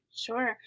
Sure